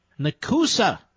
Nakusa